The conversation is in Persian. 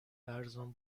ارزان